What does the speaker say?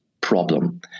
problem